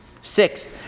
Six